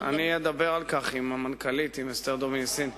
אני אדבר על כך עם המנכ"לית, עם אסתר דומיניסיני.